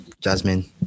Jasmine